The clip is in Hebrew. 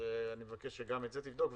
אני מבקש שגם את זה תבדוק.